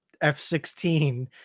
F-16